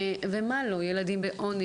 ילדים בעוני.